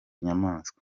inyamaswa